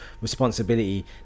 responsibility